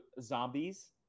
Zombies